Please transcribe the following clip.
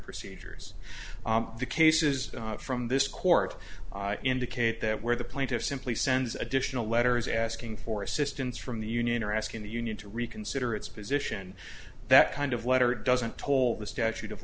procedures the cases from this court indicate that where the plaintiff simply sends additional letters asking for assistance from the union or asking the union to reconsider its position that kind of letter doesn't toll the statute of